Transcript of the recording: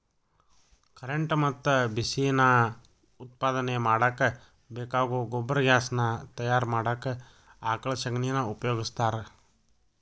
current ಮತ್ತ ಬಿಸಿ ನಾ ಉತ್ಪಾದನೆ ಮಾಡಾಕ ಬೇಕಾಗೋ ಗೊಬರ್ಗ್ಯಾಸ್ ನಾ ತಯಾರ ಮಾಡಾಕ ಆಕಳ ಶಗಣಿನಾ ಉಪಯೋಗಸ್ತಾರ